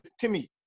Timmy